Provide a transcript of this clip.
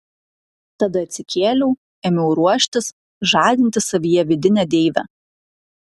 tada atsikėliau ėmiau ruoštis žadinti savyje vidinę deivę